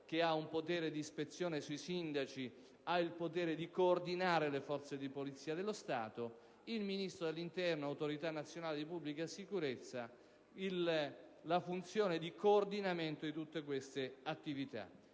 che ha un potere di ispezione sui sindaci, ha il potere di coordinare le forze di polizia dello Stato; il Ministro dell'interno, autorità nazionale di pubblica sicurezza, ha una funzione di coordinamento di tutte queste attività.